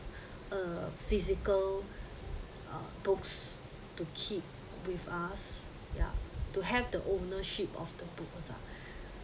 uh physical uh books to keep with us ya to have the ownership of the book